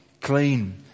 clean